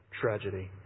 tragedy